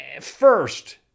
first